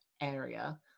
area